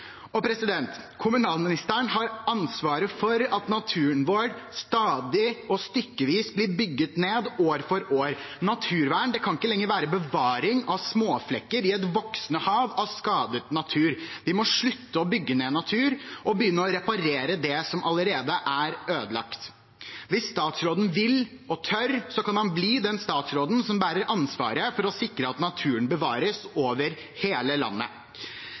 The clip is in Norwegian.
Kommunalministeren har ansvaret for at naturen vår stadig og stykkevis blir bygget ned år for år. Naturvern kan ikke lenger være bevaring av småflekker i et voksende hav av skadet natur. Vi må slutte å bygge ned natur og begynne å reparere det som allerede er ødelagt. Hvis statsråden vil og tør, kan han bli den statsråden som bærer ansvaret for å sikre at naturen bevares over hele landet.